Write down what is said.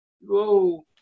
whoa